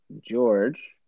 George